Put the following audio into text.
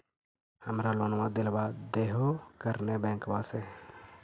हमरा लोनवा देलवा देहो करने बैंकवा से?